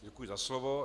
Děkuji za slovo.